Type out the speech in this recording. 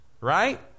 right